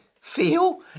feel